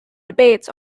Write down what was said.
debates